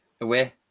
away